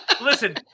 listen